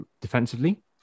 defensively